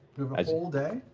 whole day?